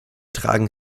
tragen